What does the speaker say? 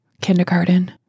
Kindergarten